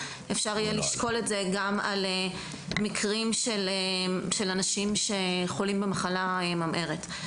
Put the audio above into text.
אפשר יהיה לשקול את זה גם על מקרים שחולים במחלה ממארת.